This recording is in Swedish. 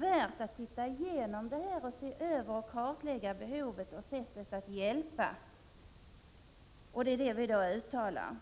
per kvinnojour. Det är värt att kartlägga behovet och se över sättet att hjälpa. Detta är något som vi vill framhålla.